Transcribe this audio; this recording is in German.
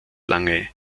lange